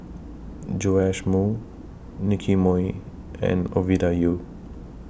Joash Moo Nicky Moey and Ovidia Yu